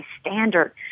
standard